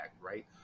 right